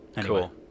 Cool